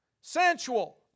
sensual